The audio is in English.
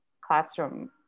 classroom